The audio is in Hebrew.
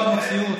זאת לא המציאות,